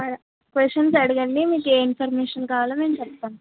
questions అడిగండి మీకు ఏ ఇన్ఫర్మేషన్ కావాలో మేము చెప్తాం